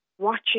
watching